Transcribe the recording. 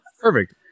Perfect